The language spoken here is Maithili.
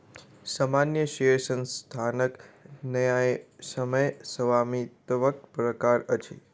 सामान्य शेयर संस्थानक न्यायसम्य स्वामित्वक प्रकार अछि